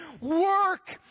work